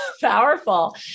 Powerful